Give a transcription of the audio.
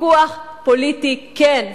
ויכוח פוליטי כן,